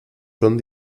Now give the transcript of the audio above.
son